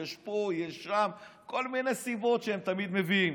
יש פה, יש שם, כל מיני סיבות שהם תמיד מביאים.